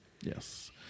yes